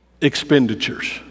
Expenditures